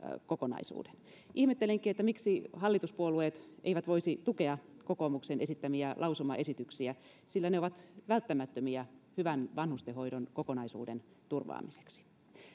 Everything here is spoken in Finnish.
kokonaisuuden ihmettelenkin miksi hallituspuolueet eivät voisi tukea kokoomuksen esittämiä lausumaesityksiä sillä ne ovat välttämättömiä hyvän vanhustenhoidon kokonaisuuden turvaamiseksi